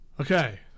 Okay